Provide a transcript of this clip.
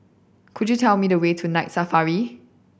could you tell me the way to Night Safari